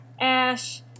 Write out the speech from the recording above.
Ash